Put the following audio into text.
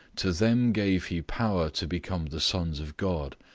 to them gave he power to become the sons of god,